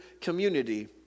community